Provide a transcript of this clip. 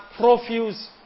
profuse